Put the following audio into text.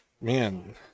man